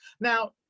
Now